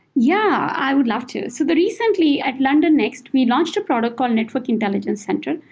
yeah, i would love to. so but recently, at london next, we launched a product called network intelligence center,